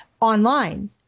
online